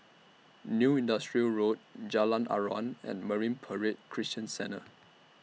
New Industrial Road Jalan Aruan and Marine Parade Christian Centre